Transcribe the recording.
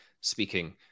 speaking